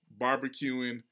barbecuing